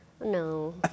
No